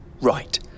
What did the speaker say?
right